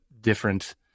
different